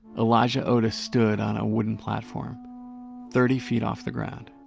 elijah otis stood on a wooden platform thirty feet off the ground.